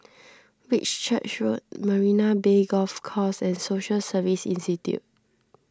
Whitchurch Road Marina Bay Golf Course and Social Service Institute